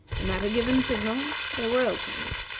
and, at a given signal, they were opened.